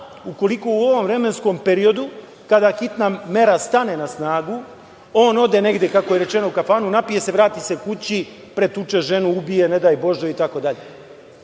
ukoliko u ovom vremenskom periodu kada hitna mera stane na snagu, on ode negde, kako je rečeno, u kafanu, napije se, vrati se kući, pretuče ženu, ubije, ne daj bože, itd.